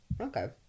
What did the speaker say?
okay